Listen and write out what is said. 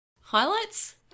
Highlights